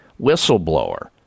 whistleblower